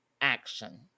action